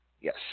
Yes